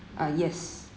ah yes